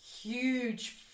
Huge